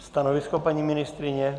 Stanovisko paní ministryně?